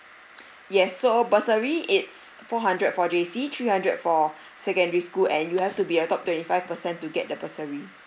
yes so bursary is four hundred for J_C three hundred for secondary school and you have to be a top twenty five percent to get the bursary